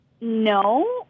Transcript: no